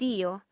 Dio